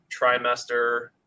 trimester